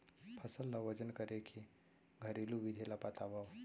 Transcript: फसल ला वजन करे के घरेलू विधि ला बतावव?